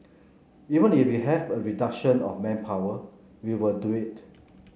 even if we have a reduction of manpower we will do it